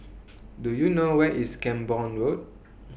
Do YOU know Where IS Camborne Road